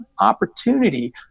opportunity